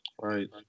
Right